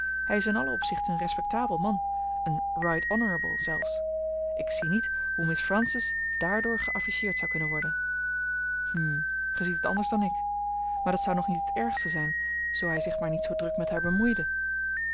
hij is in alle opzichten een respectabel man een right honorable zelfs ik zie niet hoe miss francis daardoor geafficheerd zou kunnen worden hm gij ziet het anders dan ik maar dat zou nog niet het ergste zijn zoo hij zich maar niet zoo druk met haar bemoeide